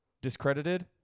Discredited